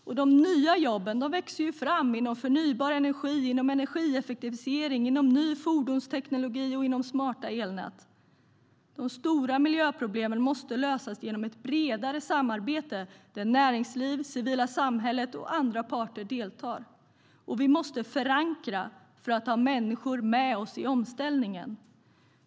Och de nya jobben växer fram inom förnybar energi, inom energieffektivisering, inom ny fordonsteknologi och inom smarta elnät. De stora miljöproblemen måste lösas genom ett bredare samarbete där näringsliv, det civila samhället och andra parter deltar. Vi måste förankra för att ha människor med oss i omställningen.